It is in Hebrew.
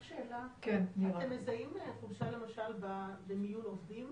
רק שאלה: אתם מזהים מהחולשה למשל במיון עובדים,